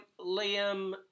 Liam